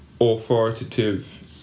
authoritative